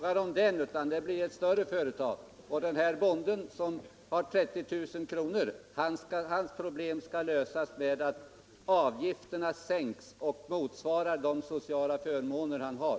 Fru talman! Det är inte fråga om någon bonde som har 30 000 kr. i inkomst, utan det gäller större företag. Bondens problem skall lösas genom att avgifterna sänks så att de motsvarar de sociala förmåner han har.